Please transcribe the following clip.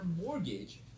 mortgage